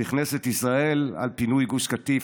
בכנסת ישראל על פינוי גוש קטיף,